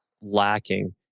lacking